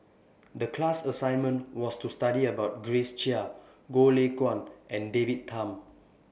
The class assignment was to study about Grace Chia Goh Lay Kuan and David Tham